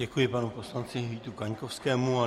Děkuji panu poslanci Vítu Kaňkovskému.